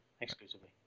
Exclusively